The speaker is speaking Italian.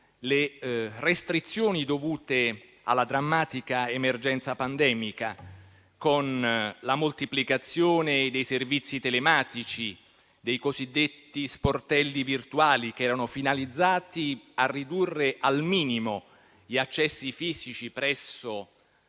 Le restrizioni dovute alla drammatica emergenza pandemica, con la moltiplicazione dei servizi telematici e dei cosiddetti sportelli virtuali che erano finalizzati a ridurre al minimo gli accessi fisici presso